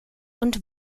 und